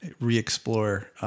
re-explore